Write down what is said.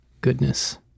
goodness